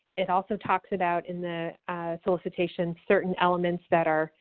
it also talks about in the solicitation certain elements that are